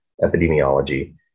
epidemiology